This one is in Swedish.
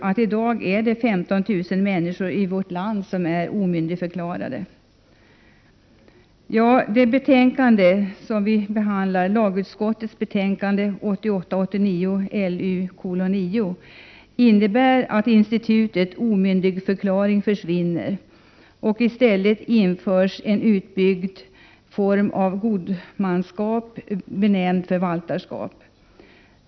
Men i dag är ändå 15 000 människor i vårt land omyndigförklarade. Det betänkande som vi nu behandlar, 1988/89:LU9, innebär att institutet omyndigförklaring försvinner. I stället införs en utbyggd form av godmanskap, benämnd förvaltarskap.